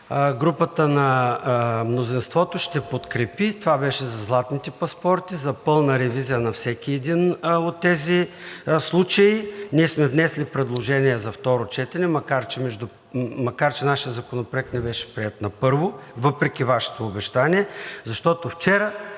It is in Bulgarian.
групата на мнозинството ще подкрепи, а това беше за „златните паспорти“, за пълната ревизия на всеки един от тези случаи? Ние сме внесли предложение за второ четене, макар че нашият законопроект не беше приет на първо четене, въпреки Вашето обещание, защото вчера